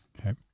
Okay